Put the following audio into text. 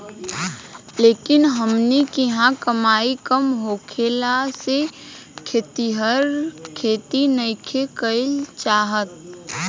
लेकिन हमनी किहाँ कमाई कम होखला से खेतिहर खेती नइखे कईल चाहत